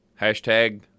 Hashtag